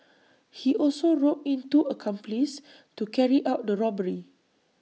he also roped in two accomplices to carry out the robbery